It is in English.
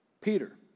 Peter